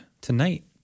tonight